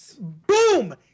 boom